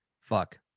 fuck